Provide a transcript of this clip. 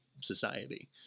society